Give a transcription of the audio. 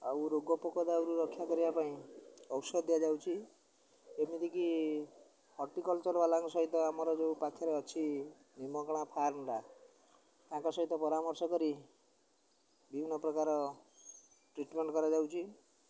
ଆଉ ରୋଗ ପୋକ ଦାଉରୁ ରକ୍ଷା କରିବା ପାଇଁ ଔଷଧ ଦିଆଯାଉଛି ଏମିତିକି ହର୍ଟିକଲଚର ବାଲାଙ୍କ ସହିତ ଆମର ଯେଉଁ ପାଖରେ ଅଛି ଫାର୍ମଟା ତାଙ୍କ ସହିତ ପରାମର୍ଶ କରି ବିଭିନ୍ନ ପ୍ରକାର ଟ୍ରିଟମେଣ୍ଟ କରାଯାଉଛି